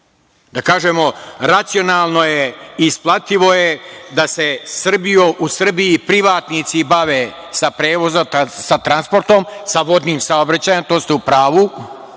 da kažemo racionalno je i isplativo je da se u Srbiji privatnici bave transportom, sa vodnim saobraćajem, to ste u pravu,